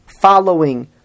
following